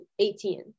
18